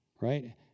Right